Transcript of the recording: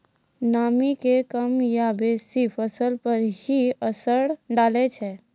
नामी के कम या बेसी फसल पर की असर डाले छै?